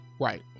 right